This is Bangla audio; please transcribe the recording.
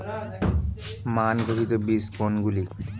মান ঘোষিত বীজ কোনগুলি?